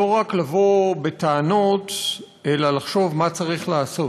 לא רק לבוא בטענות, אלא לחשוב מה צריך לעשות.